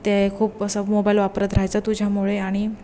ते खूप असं मोबाईल वापरत राहायचा तुझ्यामुळे आणि